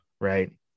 right